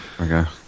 Okay